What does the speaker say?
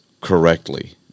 correctly